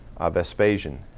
Vespasian